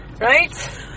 Right